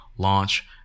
Launch